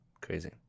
Crazy